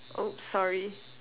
oops sorry